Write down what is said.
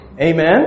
Amen